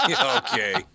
Okay